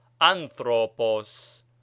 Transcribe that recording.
anthropos